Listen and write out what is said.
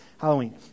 Halloween